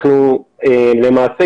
למעשה,